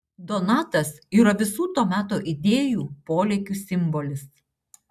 donatas yra visų to meto idėjų polėkių simbolis